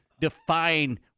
define